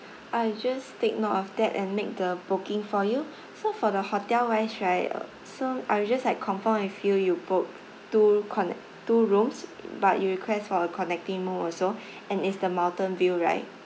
I just take note of that and make the booking for you so for the hotel wise right um so I will just like confirm with you you booked two connec~ two rooms but you request for a connecting room also and it's the mountain view right